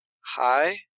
Hi